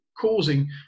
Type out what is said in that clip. causing